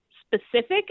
specific